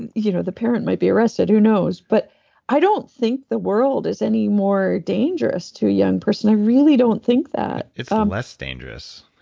and you know the parent might be arrested. who knows? but i don't think the world is any more dangerous to a young person. i really don't think that. it's um less dangerous.